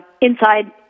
inside